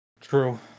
true